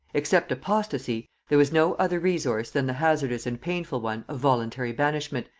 except apostasy, there was no other resource than the hazardous and painful one of voluntary banishment,